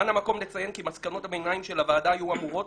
כאן המקום לציין כי מסקנות הביניים של הוועדה היו אמורות